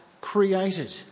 created